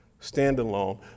standalone